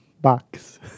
box